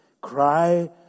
cry